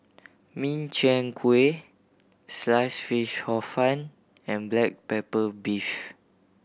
Min Chiang Kueh Sliced Fish Hor Fun and black pepper beef